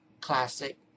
classic